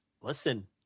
listen